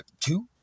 two